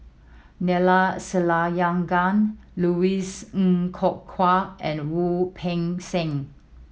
Neila Sathyalingam Louis Ng Kok Kwang and Wu Peng Seng